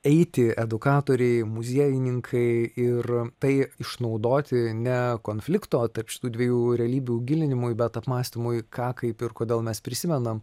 eiti edukatoriai muziejininkai ir tai išnaudoti ne konflikto tarp šitų dviejų realybių gilinimui bet apmąstymui ką kaip ir kodėl mes prisimenam